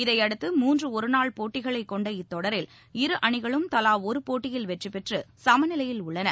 இதையடுத்து மூன்றுஒருநாள் போட்டிகளைகொண்ட இத்தொடரில் இரு அணிகளும் தலாஒருபோட்டியில் வெற்றிபெற்று சமநிலையில் உள்ளன